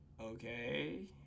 okay